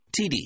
TD